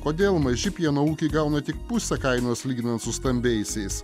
kodėl maži pieno ūkiai gauna tik pusę kainos lyginant su stambiaisiais